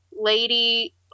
lady